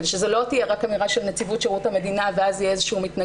כדי שזו לא תהיה רק אמירה של נציבות שירות המדינה ואז יהיו מתנגדים